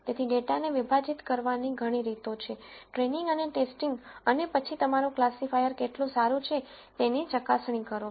તેથી ડેટાને વિભાજીત કરવાની ઘણી રીતો છે ટ્રેઈનીંગ અને ટેસ્ટિંગ અને પછી તમારું ક્લાસિફાયર કેટલું સારું છે તેની ચકાસણી કરો